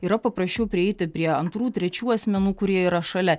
yra paprasčiau prieiti prie antrų trečių asmenų kurie yra šalia